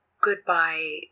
goodbye